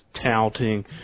touting